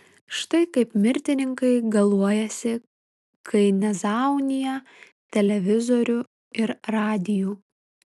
štai kaip mirtininkai galuojasi kai nezaunija televizorių ir radijų